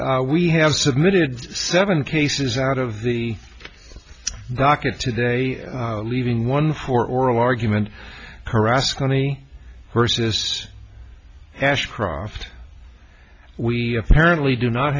we have submitted seven cases out of the rocket today leaving one for oral argument harass connie versus ashcroft we apparently do not